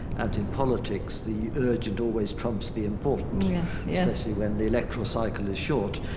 and in politics, the urgent always trumps the important yes. yes especially when the electoral cycle is short.